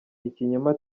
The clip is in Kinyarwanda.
ikinyoma